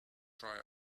try